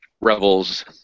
Rebels